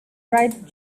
write